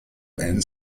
and